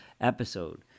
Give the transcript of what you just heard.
episode